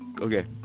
okay